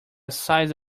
size